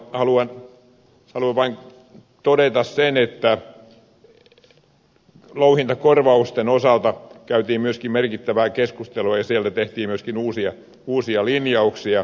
haluan vain todeta sen että louhintakorvausten osalta käytiin merkittävää keskustelua ja siellä tehtiin myöskin uusia linjauksia